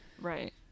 right